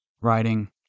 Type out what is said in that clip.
writing